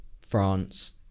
France